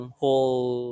whole